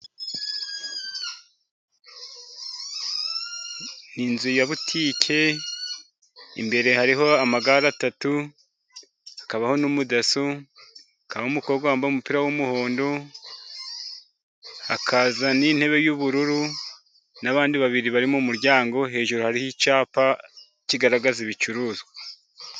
Inzu ya butike, imbere hariho amagare atatu, hakabaho n'umudaso, hakabaho n'umukobwa wambaye umupira w'umuhondo, hakaza n'intebe y'ubururu n'abandi babiri bari mu muryango, hejuru hariyo icyapa kigaragaza ibicuruzwa.